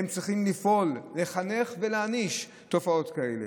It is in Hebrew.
הם צריכים לפעול, לחנך ולהעניש תופעות כאלה.